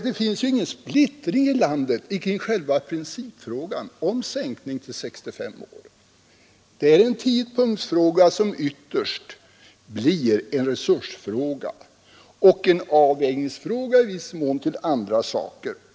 Det finns ju ingen splittring i landet kring själva principfrågan om en sänkning till 65 år. Det är en tidpunktsfråga, som ytterst blir en resursfråga och också i viss mån en fråga om avvägning gentemot andra saker.